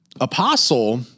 Apostle